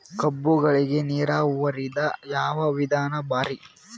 ಕಬ್ಬುಗಳಿಗಿ ನೀರಾವರಿದ ಯಾವ ವಿಧಾನ ಭಾರಿ?